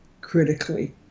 critically